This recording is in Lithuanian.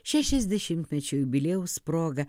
šešiasdešimtmečio jubiliejaus proga